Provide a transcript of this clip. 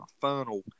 funnel